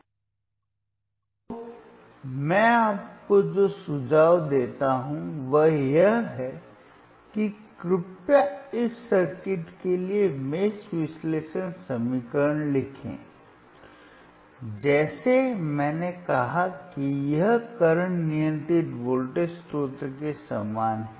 तो मैं आपको जो सुझाव देता हूं वह यह है कि कृपया इस सर्किट के लिए मेष विश्लेषण समीकरण लिखें जैसे मैंने कहा कि यह करंट नियंत्रित वोल्टेज स्रोत के समान है